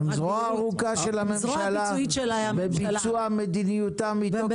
הם זרוע ארוכה של הממשלה -- זרוע ביצועית של הממשלה.